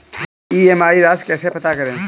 EMI राशि कैसे पता करें?